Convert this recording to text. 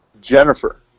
Jennifer